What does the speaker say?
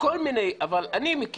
כל מיני חלופות.